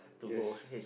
yes